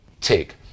take